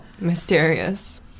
Mysterious